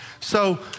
So-